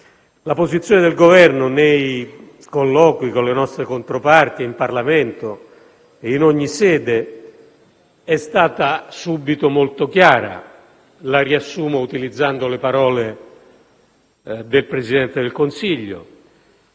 La posizione del Governo nei colloqui con le nostre controparti in Parlamento e in ogni sede è stata subito molto chiara. La riassumo utilizzando le parole del Presidente del Consiglio: